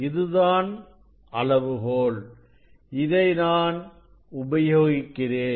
இதுதான் அளவுகோல் இதை நான் உபயோகிக்கிறேன்